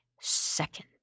second